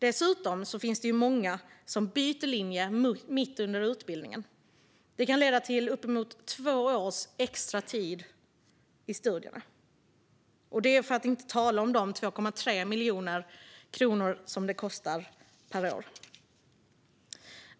Dessutom finns det många som byter linje mitt under utbildningen, vilket kan leda till uppemot två års extra studietid. Och då har vi ändå inte talat om de 2,3 miljoner kronor som det kostar per år.